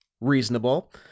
reasonable